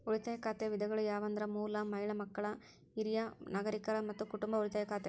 ಉಳಿತಾಯ ಖಾತೆ ವಿಧಗಳು ಯಾವಂದ್ರ ಮೂಲ, ಮಹಿಳಾ, ಮಕ್ಕಳ, ಹಿರಿಯ ನಾಗರಿಕರ, ಮತ್ತ ಕುಟುಂಬ ಉಳಿತಾಯ ಖಾತೆ